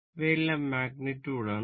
ഇവയെല്ലാം മാഗ്നിറ്റുഡ് ആണ്